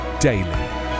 daily